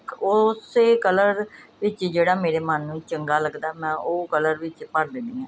ਉਸੇ ਕਲਰ ਵਿੱਚ ਜਿਹੜਾ ਮੇਰੇ ਮਨ ਨੂੰ ਚੰਗਾ ਲੱਗਦਾ ਮੈਂ ਉਹ ਕਲਰ ਵਿੱਚ ਭਰ ਦਿੰਦੀ ਆ